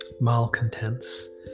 malcontents